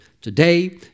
today